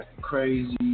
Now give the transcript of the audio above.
crazy